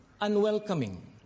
unwelcoming